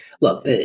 Look